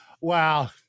wow